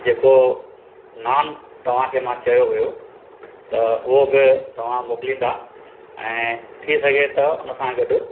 जेको नान तव्हांखे मां चयो हुओ त उहो बि तव्हां मोकिलींदा ऐं थिए सघे त उन सां गॾु